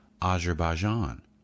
Azerbaijan